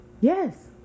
Yes